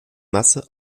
masse